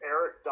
Eric